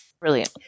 Brilliant